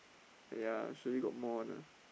ya surely got more one ah